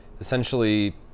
essentially